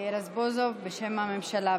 רזבוזוב, בשם הממשלה.